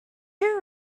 you